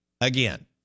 Again